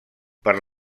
per